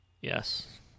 yes